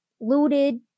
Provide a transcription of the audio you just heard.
looted